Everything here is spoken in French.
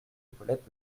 épaulettes